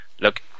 look